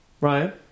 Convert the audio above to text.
Ryan